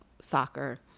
soccer